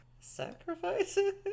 sacrifices